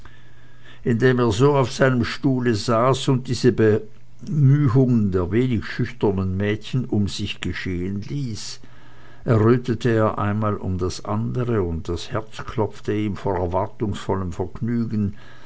indem er so auf seinem stuhle saß und diese bemühungen der wenig schüchternen mädchen um sich geschehen ließ errötete er einmal um das andere und das herz klopfte ihm vor erwartungsvollem vergnügen